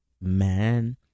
man